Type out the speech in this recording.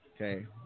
Okay